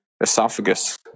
esophagus